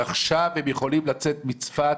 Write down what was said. עכשיו הם יכולים לצאת מצפת,